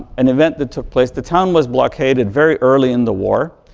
an event that took place. the town was blockaded very early in the war.